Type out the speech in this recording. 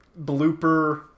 blooper